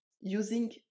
using